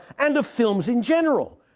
and of films in general.